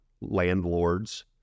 landlords